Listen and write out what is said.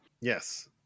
yes